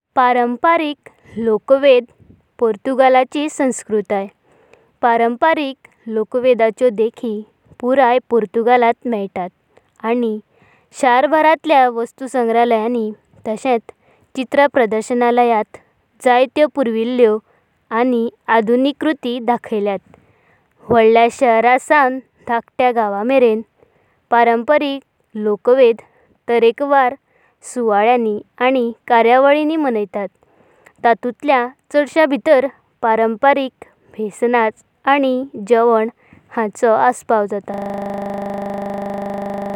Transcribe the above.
पुर्तगाळ! हो नैरित्य युरोपांत आशिल्ल्या पुर्तगाळांत तांचो इतिहास। परंपरा आनी मूल्यांचें प्रतिबिंबित करपी गिरेस्ता आनी खास्हेली तरेख्वार संस्कृताय आसां। थयाची एक परंपरा म्हळेयर लोकवेद परंपरिक लोकवेदाचो देखीपुराय पुर्तगाळांत मेळता। आनी शारामबूरतलेयान वस्तुसंग्राह्लायानी आनी चित्रप्रदर्शनालायांत जायतेयो आनी आधुनिक कृति डाकाइलेया। वाडाल्या शरमेरेन ते ल्हान गावांमरेन परंपरिक लोकवेद तरेख्वार आनी जायत्य क्रीयावली मਣयताता। ततुंतल्याँ चडासान भीता परंपरिक बेश नाच आनी जेनांचोय आसापावा जाता।